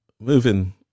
moving